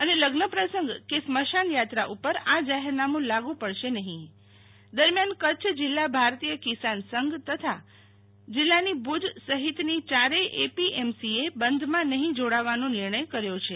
અને લગ્ન પ્રસંગ કે સ્મશાન યાત્રા ઉપર જાહેરનામું લાગુ પડશે નહી દરમ્યાન કચ્છ જિલ્લા ભારતીય કિસાન સંઘ તથા જિલ્લાની ભુજ સહિતની યારેય એપીએમસીએ બંધમાં નફી જોડાવાનો નિર્ણય કર્યો છે